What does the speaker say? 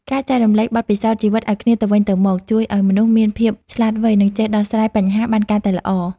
ការចែករំលែកបទពិសោធន៍ជីវិតឱ្យគ្នាទៅវិញទៅមកជួយឱ្យមនុស្សមានភាពឆ្លាតវៃ និងចេះដោះស្រាយបញ្ហាបានកាន់តែល្អ។